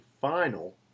final